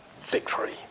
Victory